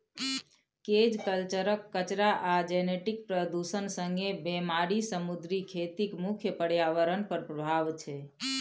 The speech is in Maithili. केज कल्चरक कचरा आ जेनेटिक प्रदुषण संगे बेमारी समुद्री खेतीक मुख्य प्रर्याबरण पर प्रभाब छै